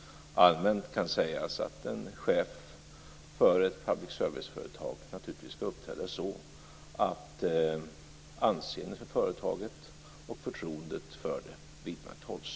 Allmänt kan sägas att en chef för ett public service-företag naturligtvis ska uppträda så att anseendet för företaget och förtroendet för det vidmakthålls.